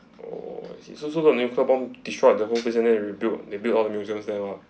oh I see so so when nuclear bomb destroyed the whole present area and then they rebuilt they built art museums there lah